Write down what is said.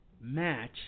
match